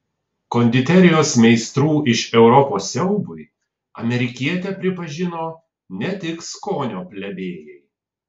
konditerijos meistrų iš europos siaubui amerikietę pripažino ne tik skonio plebėjai